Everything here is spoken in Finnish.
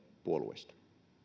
puolueesta